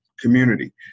community